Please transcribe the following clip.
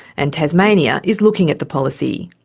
and tasmania is looking at the policy.